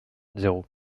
zéro